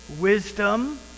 wisdom